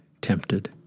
tempted